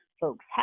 folks